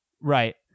Right